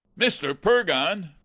mr. purgon!